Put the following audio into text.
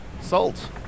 Salt